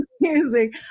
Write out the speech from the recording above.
music